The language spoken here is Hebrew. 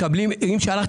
אם שלחת